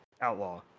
Outlaw